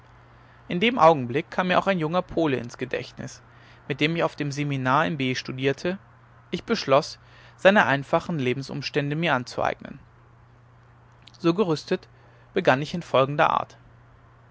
in dem augenblick kam mir auch ein junger pole ins gedächtnis mit dem ich auf dem seminar in b studierte ich beschloß seine einfachen lebensumstände mir anzueignen so gerüstet begann ich in folgender art